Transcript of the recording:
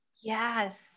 yes